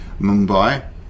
Mumbai